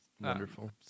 Wonderful